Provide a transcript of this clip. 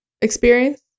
experience